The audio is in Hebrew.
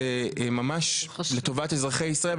זה ממש לטובת ישראל.